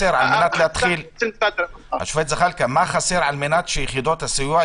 השופט זחלקה, מה חסר על מנת להתחיל?